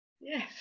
Yes